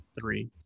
three